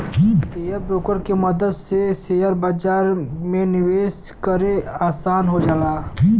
share broker के मदद से शेयर बाजार में निवेश करे आसान हो जाला